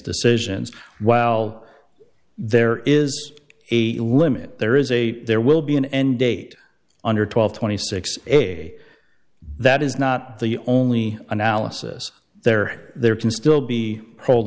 decisions while there is a limit there is a there will be an end date under twelve twenty six a that is not the only analysis there there can still be